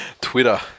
Twitter